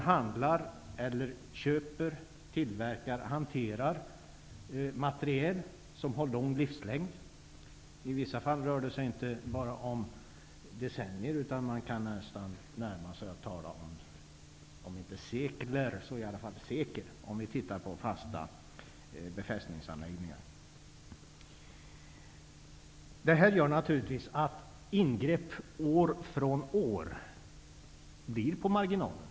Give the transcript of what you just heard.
Man köper, tillverkar och hanterar materiel som har lång livslängd. I vissa fall rör det sig inte bara om decennier. Det kan nästan tala om sekel, om inte sekler, när det är fråga om fasta befästningsanläggningar. Detta gör att ingrepp år från år blir på marginalen.